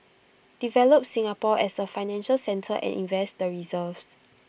develop Singapore as A financial centre and invest the reserves